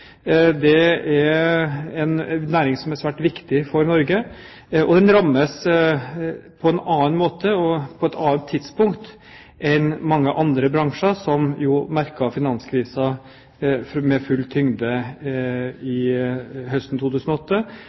Det er en næring som er svært viktig for Norge, og den rammes på en annen måte og på et annet tidspunkt enn mange andre bransjer som jo merket finanskrisen med full tyngde høsten 2008